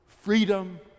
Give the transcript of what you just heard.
freedom